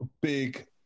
big